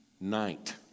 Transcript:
night